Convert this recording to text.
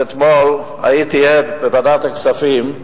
אתמול הייתי עד בוועדת הכספים.